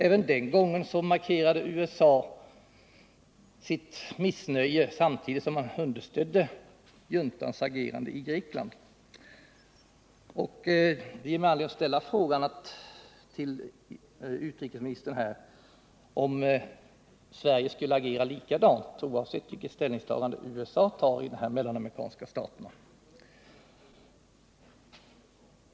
Även den gången markerade USA sitt missnöje samtidigt som man där understödde juntans agerande i Grekland. Detta ger mig anledning att ställa frågan till utrikesministern, om Sverige skulle agera likadant oavsett vilken ställning USA intar i de mellanamerikanska staterna.